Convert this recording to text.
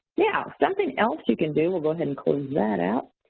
yeah, something else you can do, we'll go ahead and close that out.